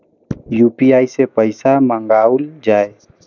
UPI सै पैसा मंगाउल जाय?